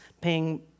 paying